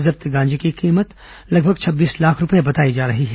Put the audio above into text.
जब्त गांजे की कीमत लगभग छब्बीस लाख रूपये बताई जा रही है